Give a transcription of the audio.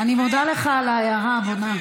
אני מודה לך על ההערה הבונה,